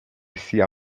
sia